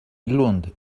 lund